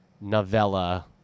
novella